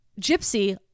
gypsy